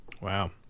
Wow